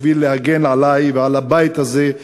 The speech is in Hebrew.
בשביל להגן עלי ועל הבית הזה,